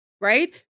Right